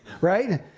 right